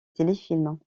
téléfilms